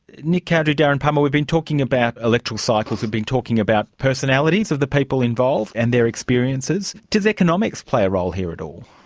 nick cowdery, darren palmer, we've been talking about electoral cycles, we've been talking about personalities of the people involved and their experiences. does economics play a role here at all?